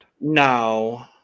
No